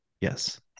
yes